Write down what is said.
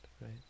right